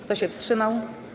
Kto się wstrzymał?